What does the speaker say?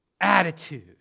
attitude